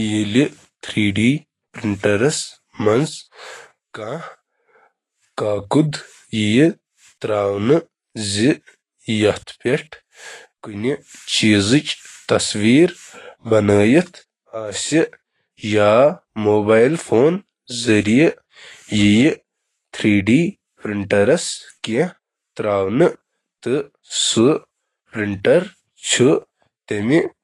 اکھ 3D printer چُھ ترٛےٚ جہتی شکل بناونہٕ خٲطرٕ پانس پیٹھ مواد تہہ بنٲوِتھ اشیاء بناوان۔ یہٕ عمل چُھ یتھ کٔنۍ کٲم کران: ڈیزائن، سِلایِس